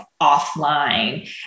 offline